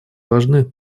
важны